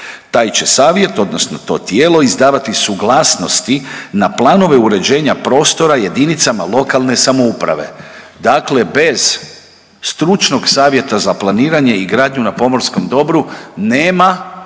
Taj će savjet, odnosno to tijelo izdavati suglasnosti na planove uređenja prostora jedinicama lokalne samouprave dakle bez stručnog savjeta za planiranje i gradnju na pomorskom dobru nema